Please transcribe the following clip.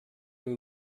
nous